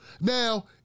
Now